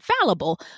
fallible